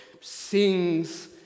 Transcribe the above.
sings